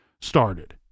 started